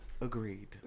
Agreed